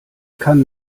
kann